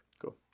Cool